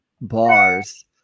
bars